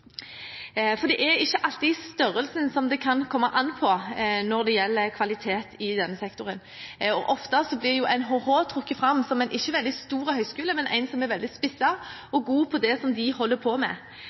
på. Det er ikke alltid størrelsen det kommer an på når det gjelder kvalitet i denne sektoren. Ofte blir NHH trukket fram som en ikke veldig stor høyskole, men en som er veldig spisset og god i det den holder på med.